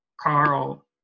Carl